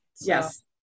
Yes